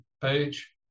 page